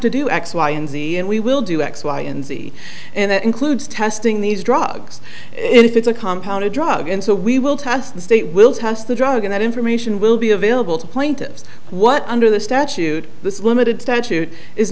to do x y and z and we will do x y and z and that includes testing these drugs if it's a compound a drug and so we will test the state will test the drug and information will be available to plaintiffs what under the statute the limited statute is